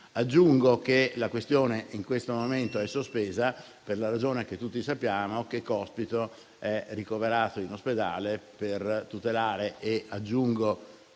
Aggiungo che la questione in questo momento è sospesa, per la ragione che tutti sappiamo, ovvero che Cospito è ricoverato in ospedale per tutelarne la